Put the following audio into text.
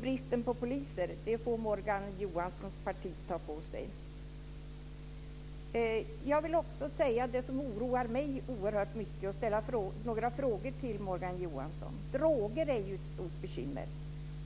Bristen på poliser får Morgan Johanssons parti ta på sig. Något som oroar mig mycket, och som jag vill ställa några frågor till Morgan Johansson om, är droger. Droger är ett stort bekymmer.